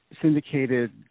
syndicated